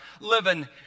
living